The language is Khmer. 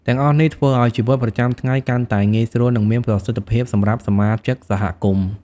ទាំងអស់នេះធ្វើឲ្យជីវិតប្រចាំថ្ងៃកាន់តែងាយស្រួល និងមានប្រសិទ្ធភាពសម្រាប់សមាជិកសហគមន៍។